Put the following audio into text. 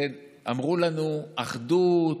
ואמרו לנו: אחדות,